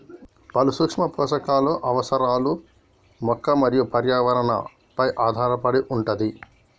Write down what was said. పలు సూక్ష్మ పోషకాలు అవసరాలు మొక్క మరియు పర్యావరణ పై ఆధారపడి వుంటది